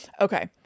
Okay